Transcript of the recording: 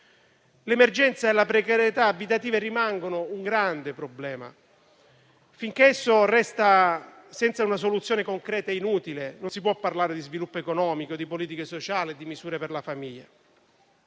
L'emergenza e la precarietà abitativa rimangono un grande problema: finché esso resta senza una soluzione concreta, è inutile parlare di sviluppo economico, di politiche sociali e di misure per la famiglia.